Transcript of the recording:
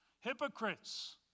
Hypocrites